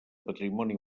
patrimoni